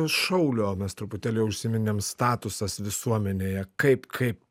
šaulio mes truputėlį užsiminėm statusas visuomenėje kaip kaip